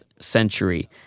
century